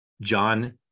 John